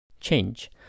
Change